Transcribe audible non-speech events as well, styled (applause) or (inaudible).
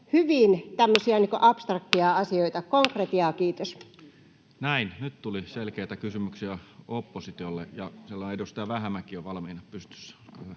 (noise) Konkretiaa, kiitos. Nyt tuli selkeitä kysymyksiä oppositiolle. — Ja siellä edustaja Vähämäki on valmiina pystyssä, olkaa hyvä.